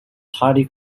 highly